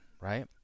right